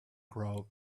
crowd